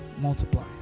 multiply